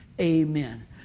Amen